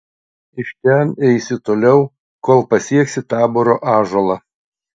iš ten eisi toliau kol pasieksi taboro ąžuolą